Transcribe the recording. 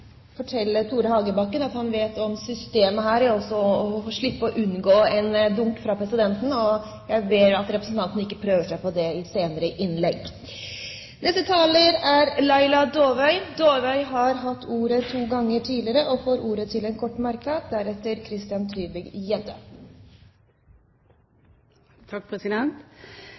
Tore Hagebakken at han bør kjenne systemet her, slik at han unngår klubbing fra presidenten. Jeg ber om at representanten ikke prøver seg på det i senere innlegg. Laila Dåvøy har hatt ordet to ganger tidligere og får ordet til en kort merknad,